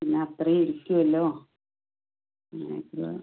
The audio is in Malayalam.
പിന്നെ അത്രയും ഇരിക്കുമല്ലോ പിന്നെ ഇത്ര